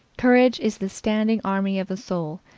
courage is the standing army of the soul,